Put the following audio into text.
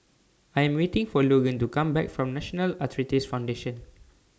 I Am waiting For Logan to Come Back from National Arthritis Foundation